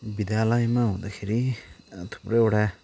विद्यालयमा हुँदाखेरि थुप्रोवटा